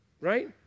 Right